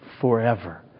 forever